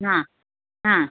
हां हां